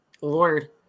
Lord